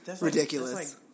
ridiculous